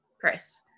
Chris